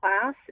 class